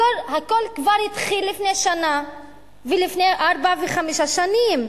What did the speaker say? הכול כבר התחיל לפני שנה ולפני ארבע וחמש שנים,